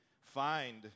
find